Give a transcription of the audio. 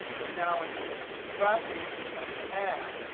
but now instead of subtracting we have to add.